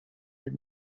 les